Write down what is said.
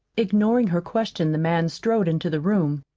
ignoring her question the man strode into the room.